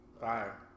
Fire